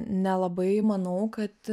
nelabai manau kad